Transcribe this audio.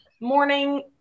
morning